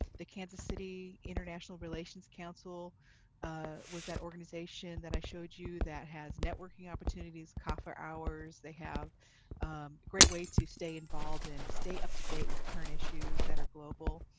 the kansas city international relations council was that organization that i showed you that has networking opportunities, coffee hours, they have great way to stay involved and stay up-to-date with current issues that are global.